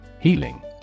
Healing